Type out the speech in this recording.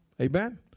Amen